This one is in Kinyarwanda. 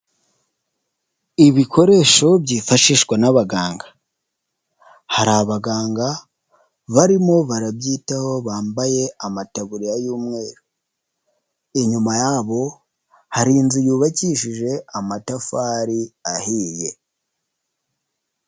Ibikoresho byifashishwa n'abaganga, hari abaganga barimo barabyitaho bambaye amataburiya y'umweru, inyuma yabo hari inzu yubakishije amatafari ahiye.